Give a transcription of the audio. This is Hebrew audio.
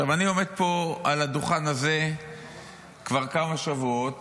אני עומד פה על הדוכן הזה כבר כמה שבועות,